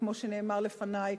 וכמו שאמרו לפני,